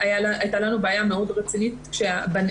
הייתה לנו בעיה רצינית מאוד כי כשהילדים